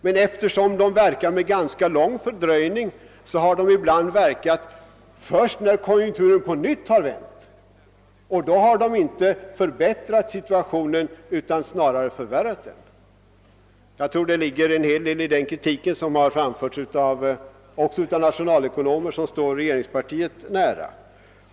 Genom dessa åtgärders ganska långt fördröjda effekt har de ibland fått verkan först sedan konjunkturen på nytt har vänt och har då inte förbättrat situationen utan snarare förvärrat den. Jag tror att det ligger en hel del i denna kritik, som framförts också av nationalekonomer vilka står regeringspartiet nära.